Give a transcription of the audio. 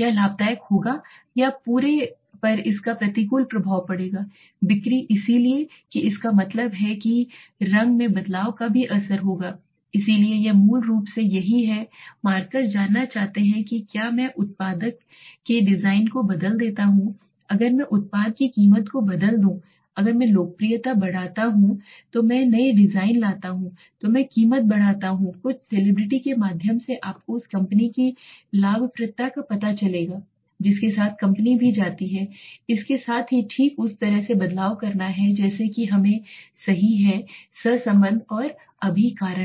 यह लाभदायक होगा या पूरे पर इसका प्रतिकूल प्रभाव पड़ेगा बिक्री इसलिए कि इसका मतलब है कि रंग में बदलाव का भी असर होगा इसलिए यह मूल रूप से यही है मार्कर जानना चाहते हैं कि क्या मैं उत्पाद के डिजाइन को बदल देता हूं अगर मैं उत्पाद की कीमत को बदल दूं अगर मैं लोकप्रियता बढ़ाता हूं तो मैं नए डिजाइन लाता हूं तो मैं कीमत बढ़ाता हूं कुछ सेलेब्रिटी के माध्यम से आपको उस कंपनी की लाभप्रदता का पता चलेगा जिसके साथ कंपनी भी जाती है इसके साथ ही ठीक उसी तरह से बदलाव करना है जैसा कि हमें सही है सहसंबंध और अभी कारण